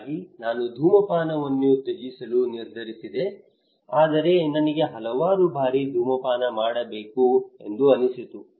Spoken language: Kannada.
ಹಾಗಾಗಿ ನಾನು ಧೂಮಪಾನವನ್ನು ತ್ಯಜಿಸಲು ನಿರ್ಧರಿಸಿದೆ ಆದರೆ ನನಗೆ ಹಲವಾರು ಬಾರಿ ಧೂಮಪಾನ ಮಾಡಬೇಕು ಎಂದು ಅನಿಸಿತು